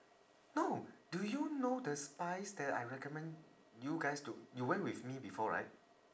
no do you know the spize that I recommend you guys to you went with me before right